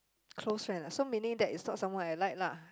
close friend ah so meaning that is not someone I like lah